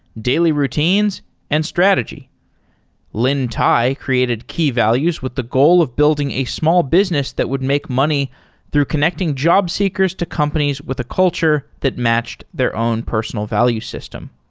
daily routines and strategy lynne tye created key values with the goal of building a small business that would make money through connecting job seekers to companies with a culture that matched their own personal value system.